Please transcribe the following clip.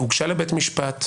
הוגשה לבית משפט.